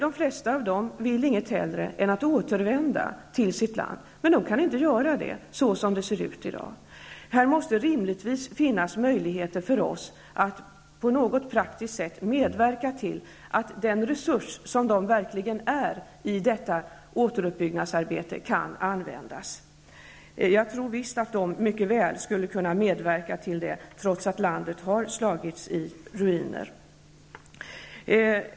De flesta vill inget hellre än att återvända till sitt land. Men de kan inte göra det såsom det ser ut i dag. Här måste rimligtvis finnas möjligheter för oss att praktiskt medverka till att den resurs som dessa utgör i detta återuppbyggnadsarbete kan användas. Jag tror visst att de mycket väl skulle kunna medverka i uppbyggnaden trots att landet har slagits i ruiner.